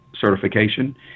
certification